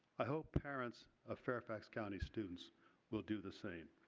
i hope parents of fairfax county students will do the same.